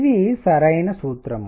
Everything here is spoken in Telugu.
ఇది సరైన సూత్రం